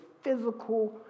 physical